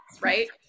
right